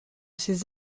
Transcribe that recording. ces